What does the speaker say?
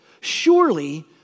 Surely